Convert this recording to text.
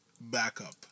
backup